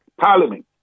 Parliament